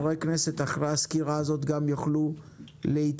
אחרי הסקירה הזאת חברי הכנסת יוכלו להתייחס.